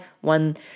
one